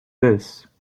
this